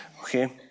Okay